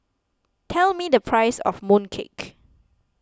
tell me the price of Mooncake